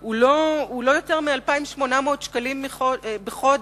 הוא לא יותר מ-2,800 שקלים בחודש.